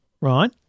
right